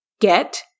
get